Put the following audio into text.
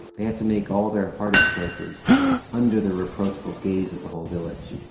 they had to make all their hardest choices under the reproachful gaze of the whole village.